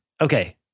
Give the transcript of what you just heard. Okay